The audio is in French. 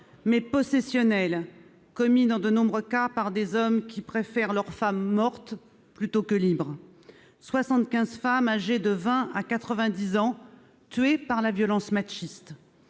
mais possessionnels -commis dans de nombreux cas par des hommes qui préfèrent leur femme morte plutôt que libre ; soixante-quinze femmes âgées de 20 à 90 ans tuées par la violence machiste.